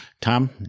Tom